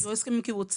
עשו הסכמים קיבוציים.